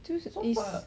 就是 is